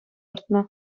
выртнӑ